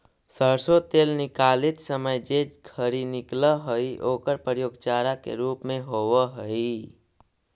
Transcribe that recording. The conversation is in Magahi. सरसो तेल निकालित समय जे खरी निकलऽ हइ ओकर प्रयोग चारा के रूप में होवऽ हइ